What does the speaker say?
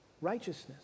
righteousness